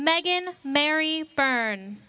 meghan mary byrn